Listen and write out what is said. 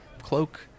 cloak